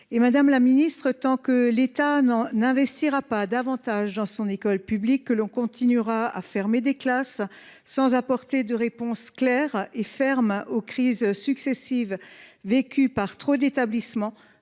! Madame la ministre, tant que l’État n’investira pas davantage dans son école publique, tant que l’on continuera à fermer des classes sans apporter de réponses claires et fermes aux crises successives que vivent trop d’établissements,